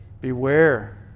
Beware